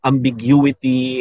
Ambiguity